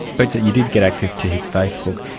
but you did get access to his facebook.